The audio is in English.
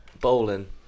bowling